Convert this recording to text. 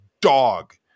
dog